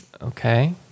Okay